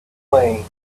way